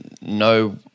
no